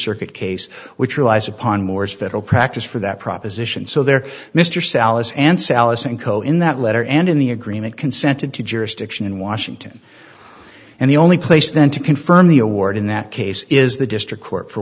circuit case which relies upon moore's federal practice for that proposition so there mr salus and sallis and co in that letter and in the agreement consented to jurisdiction in washington and the only place then to confirm the award in that case is the district court for